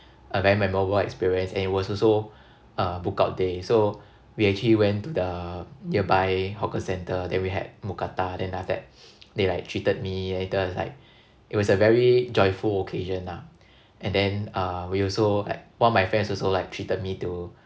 a very memorable experience and it was also uh book out day so we actually went to the nearby hawker centre then we had mookata then after that they like treated me and later was like it was very joyful occasion lah and then uh we also like one of my friends also like treated me to